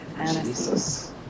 Jesus